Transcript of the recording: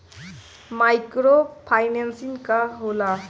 Micro financing का होला?